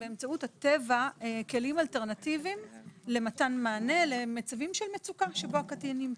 באמצעות הטבע כלים אלטרנטיביים למתן מענה למצבים של מצוקה שבו הקטין נמצא.